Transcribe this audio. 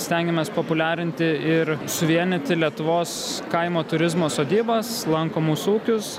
stengiamės populiarinti ir suvienyti lietuvos kaimo turizmo sodybas lankomus ūkius